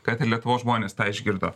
kad ir lietuvos žmonės tą išgirdo